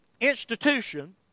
institution